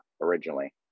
originally